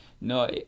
no